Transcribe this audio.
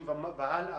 מ-2030